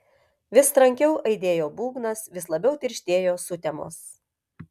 vis trankiau aidėjo būgnas vis labiau tirštėjo sutemos